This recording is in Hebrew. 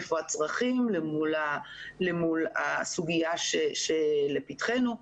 איפה הצרכים למול הסוגיה שלפתחנו?